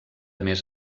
més